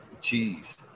cheese